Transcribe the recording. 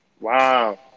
Wow